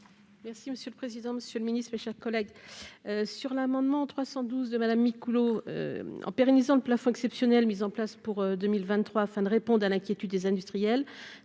Merci monsieur le président, Monsieur le Ministre, mes chers collègues, sur l'amendement 312 de Madame Micouleau en pérennisant le plafond exceptionnelles mises en place pour 2023 afin de répondre à l'inquiétude des industriels